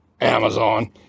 Amazon